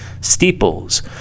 steeples